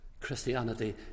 Christianity